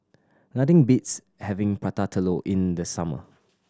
nothing beats having Prata Telur in the summer